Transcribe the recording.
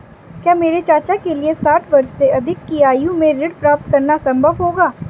क्या मेरे चाचा के लिए साठ वर्ष से अधिक की आयु में ऋण प्राप्त करना संभव होगा?